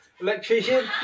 electrician